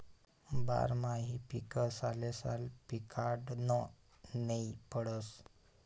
बारमाही पीक सालेसाल पिकाडनं नै पडस